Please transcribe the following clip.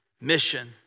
mission